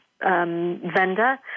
vendor